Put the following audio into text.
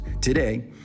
Today